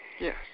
Yes